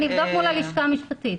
אני אבדוק מול הלשכה המשפטית.